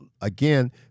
again